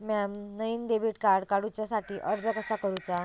म्या नईन debit card काडुच्या साठी अर्ज कसा करूचा?